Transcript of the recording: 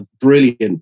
brilliant